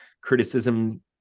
criticism